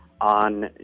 on